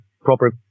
proper